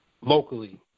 locally